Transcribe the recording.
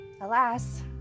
Alas